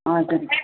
हजुर